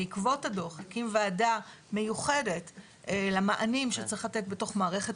בעקבות הדוח הקים ועדה מיוחדת למענים שצריך לתת בתוך מערכת